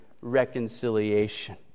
reconciliation